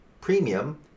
Premium